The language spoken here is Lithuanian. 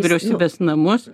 vyriausybės namus